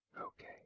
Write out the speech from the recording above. Okay